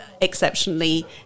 exceptionally